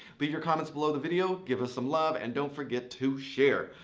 leave your comments below the video, give us some love, and don't forget to share.